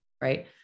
right